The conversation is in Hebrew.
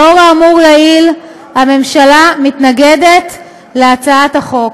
לאור האמור לעיל, הממשלה מתנגדת להצעת החוק.